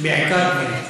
בעיקר גברים.